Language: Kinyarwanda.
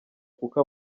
kuko